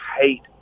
hate